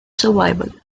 survival